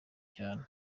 cyane